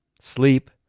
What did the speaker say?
sleep